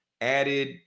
added